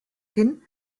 hin